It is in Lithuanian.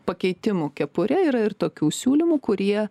pakeitimų kepure yra ir tokių siūlymų kurie